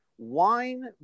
wine